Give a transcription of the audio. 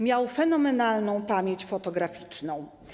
Miał fenomenalną pamięć fotograficzną.